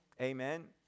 amen